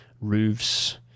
roofs